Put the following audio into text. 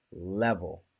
level